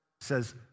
says